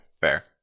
Fair